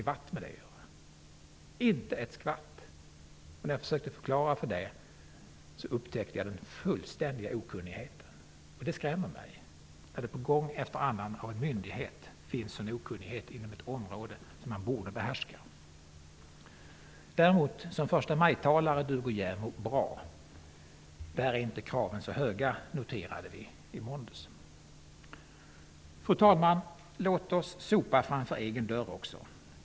Jag har upptäckt den fullständiga okunnigheten när jag har försökt att förklara detta. Det skrämmer mig att det gång efter annan finns en sådan okunnighet på ett område som denna myndighet borde behärska. Däremot duger JämO bra som förstamajtalare. Där är kraven inte så höga noterade vi i måndags. Fru talman! Låt oss sopa framför egen dörr.